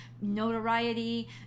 notoriety